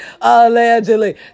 allegedly